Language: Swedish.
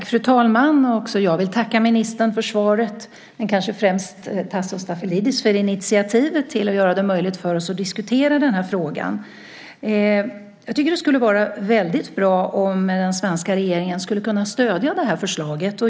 Fru talman! Också jag vill tacka ministern för svaret, men kanske främst Tasso Stafilidis för initiativet att göra det möjligt för oss att diskutera den här frågan. Jag tycker att det skulle vara väldigt bra om den svenska regeringen kunde stödja det här förslaget.